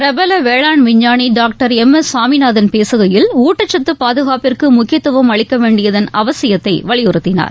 பிரபல வேளாண் விஞ்ஞானி டாக்டர் எம் எஸ் சாமிநாதன் பேசுகையில் ஊட்டச்சத்து பாதுகாப்பிற்கு முக்கியத்துவம் அளிக்க வேண்டியதன் அவசியத்தை வலியுறுத்தினார்